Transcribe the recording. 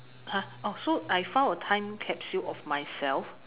!huh! so I found a time capsule of myself